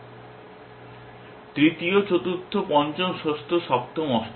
তৃতীয় চতুর্থ পঞ্চম ষষ্ঠ সপ্তম অষ্টম